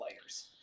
players